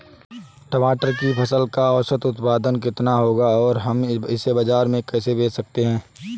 टमाटर की फसल का औसत उत्पादन कितना होगा और हम इसे बाजार में कैसे बेच सकते हैं?